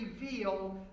reveal